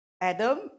Adam